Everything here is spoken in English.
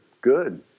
Good